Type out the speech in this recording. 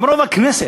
גם רוב הכנסת.